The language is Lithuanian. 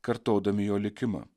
kartodami jo likimą